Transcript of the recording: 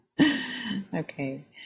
Okay